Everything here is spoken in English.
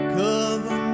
cover